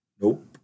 Nope